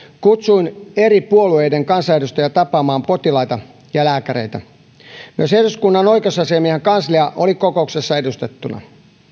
kutsuin eri puolueiden kansanedustajia tapaamaan potilaita ja lääkäreitä myös eduskunnan oikeusasiamiehen kanslia oli kokouksessa edustettuna